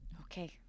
Okay